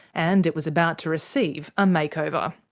and it was about to receive a makeover.